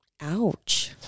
Ouch